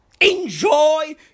Enjoy